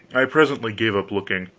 i presently gave up looking,